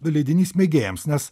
leidinys mėgėjams nes